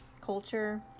culture